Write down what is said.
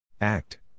Act